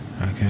okay